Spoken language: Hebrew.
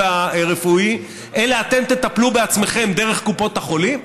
הרפואי אלא אתם תטפלו בעצמכם דרך קופות החולים.